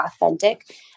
authentic